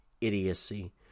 idiocy